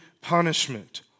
punishment